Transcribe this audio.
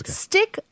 stick